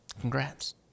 congrats